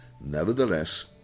Nevertheless